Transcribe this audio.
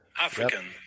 African